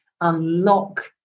unlock